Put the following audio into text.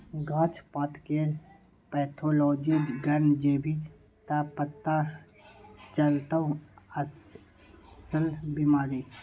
गाछ पातकेर पैथोलॉजी लग जेभी त पथा चलतौ अस्सल बिमारी